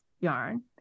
yarn